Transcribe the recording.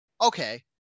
okay